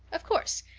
of course.